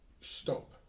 stop